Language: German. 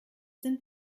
sind